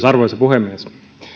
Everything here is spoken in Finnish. arvoisa puhemies